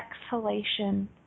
exhalation